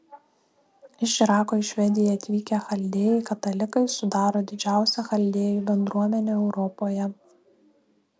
iš irako į švediją atvykę chaldėjai katalikai sudaro didžiausią chaldėjų bendruomenę europoje